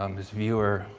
um this viewer,